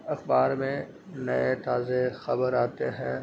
اخبار میں نئے تازے خبر آتے ہیں